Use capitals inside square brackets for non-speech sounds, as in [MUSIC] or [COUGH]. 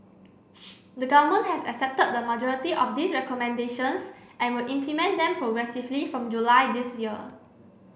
[NOISE] the government has accepted the majority of these recommendations and will implement them progressively from July this year